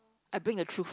I bring a truth